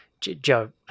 Joe